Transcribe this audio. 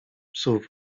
psów